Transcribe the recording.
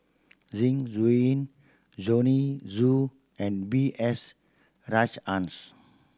Zeng Shouyin Joanne Soo and B S Rajhans